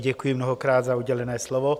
Děkuji mnohokrát za udělené slovo.